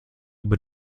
über